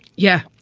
yeah,